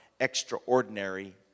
extraordinary